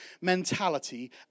mentality